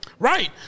Right